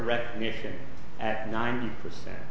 recognition at ninety percent